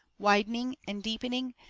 widening and deepening,